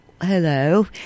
hello